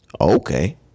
Okay